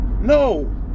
No